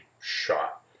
shot